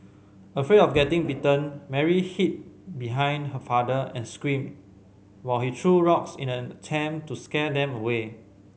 afraid of getting bitten Mary hid behind her father and screamed while he threw rocks in an attempt to scare them away